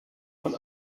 von